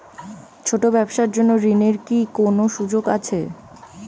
ছোট ব্যবসার জন্য ঋণ এর কি কোন সুযোগ আছে?